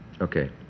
Okay